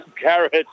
Carrots